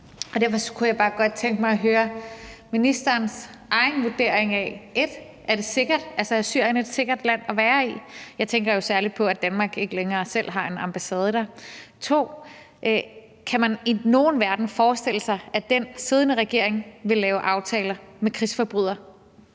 derfor kunne jeg så godt bare tænke mig at høre ministerens egen vurdering af, 1) om Syrien er et sikkert land at være i – jeg tænker jo særlig på, at Danmark ikke længere selv har en ambassade der – 2) om man i nogen verden kan forestille sig, at den siddende regering vil lave aftaler med krigsforbrydere.